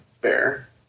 bear